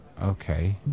Okay